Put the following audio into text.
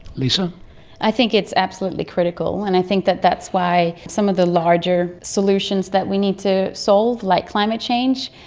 so i think it's absolutely critical and i think that that's why some of the larger solutions that we need to solve, like climate change,